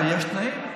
אבל יש תנאים,